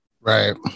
right